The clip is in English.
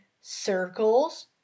circles